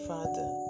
Father